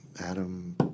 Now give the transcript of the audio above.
Adam